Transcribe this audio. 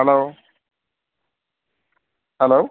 hello hello